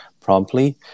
promptly